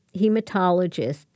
hematologist